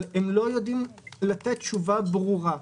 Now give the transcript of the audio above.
אבל הם לא יודעים לתת תשובה ברורה.